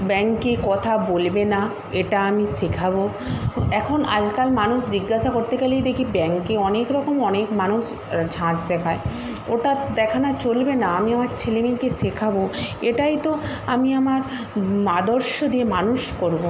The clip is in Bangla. ব্যাংকে কথা বলবে না এটা আমি শেখাবো এখন আজকাল মানুষ জিজ্ঞাসা করতে গেলেই দেখি ব্যাংকে অনেক রকম অনেক মানুষ ঝাঁজ দেখায় ওটা দেখানো চলবে না আমি আমার ছেলে মেয়েকে শেখাবো এটাই তো আমি আমার আদর্শ দিয়ে মানুষ করবো